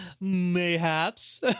Mayhaps